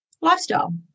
Lifestyle